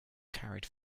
carried